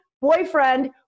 boyfriend